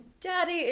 Daddy